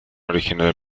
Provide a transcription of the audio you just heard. original